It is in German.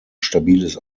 stabiles